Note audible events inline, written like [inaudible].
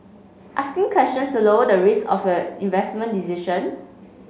asking questions to lower the risk of [unintelligible] investment decision